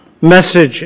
message